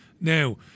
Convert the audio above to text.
Now